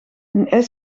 een